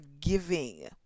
giving